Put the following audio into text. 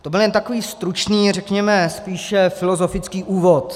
To byl jen takový stručný, řekněme spíš filozofický úvod.